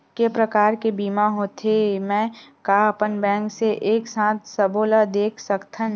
के प्रकार के बीमा होथे मै का अपन बैंक से एक साथ सबो ला देख सकथन?